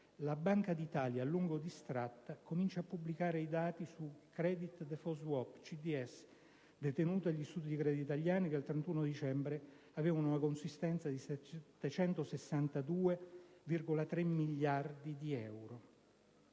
la Banca d'Italia, a lungo distratta, comincia a pubblicare i dati sui *credit* *default* *swap* (CDS) detenuti dagli istituti di credito italiani, che al 31 dicembre avevano una consistenza di 762,3 miliardi di euro.